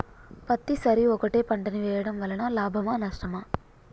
పత్తి సరి ఒకటే పంట ని వేయడం వలన లాభమా నష్టమా?